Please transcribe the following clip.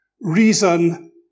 Reason